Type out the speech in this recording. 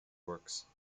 works